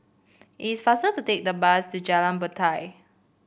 it's faster to take the bus to Jalan Batai